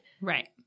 Right